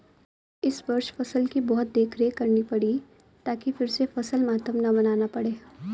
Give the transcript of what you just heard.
इस वर्ष फसल की बहुत देखरेख करनी पड़ी ताकि फिर से फसल मातम न मनाना पड़े